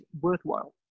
worthwhile